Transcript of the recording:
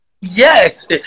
Yes